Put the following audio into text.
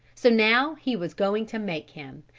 so now he was going to make him,